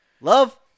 Love